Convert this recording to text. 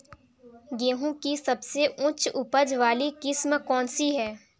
गेहूँ की सबसे उच्च उपज बाली किस्म कौनसी है?